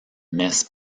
mes